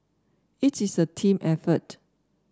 it is a team effort